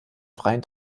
freien